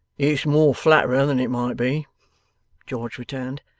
it's more flatterer than it might be george returned,